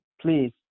please